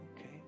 okay